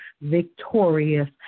victorious